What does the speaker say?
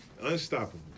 Unstoppable